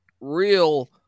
real